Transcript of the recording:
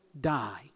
die